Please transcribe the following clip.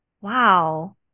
wow